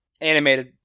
Animated